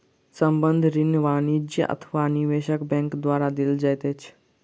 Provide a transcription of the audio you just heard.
संबंद्ध ऋण वाणिज्य अथवा निवेशक बैंक द्वारा देल जाइत अछि